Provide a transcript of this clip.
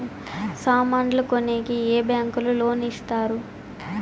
సామాన్లు కొనేకి ఏ బ్యాంకులు లోను ఇస్తారు?